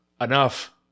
enough